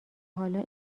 حالا